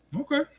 okay